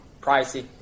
pricey